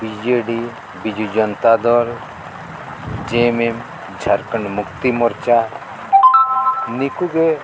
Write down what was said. BJD Biju Janata Dal J M M Jharkhand Mukti Morcha ᱱᱤᱠᱩᱜᱮ